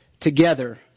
together